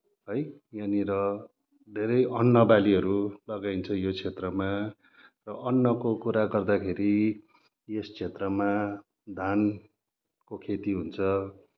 है यहाँनिर धेरै अन्नबालीहरू लगाइन्छ यो क्षेत्रमा र अन्नको कुरा गर्दाखेरि यस क्षेत्रमा धानको खेती हुन्छ